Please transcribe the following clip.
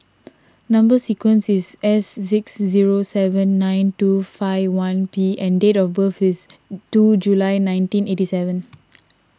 Number Sequence is S six zero seven nine two five one P and date of birth is two July nineteen eighty seven